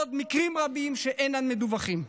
ועוד מקרים רבים שאינם מדווחים.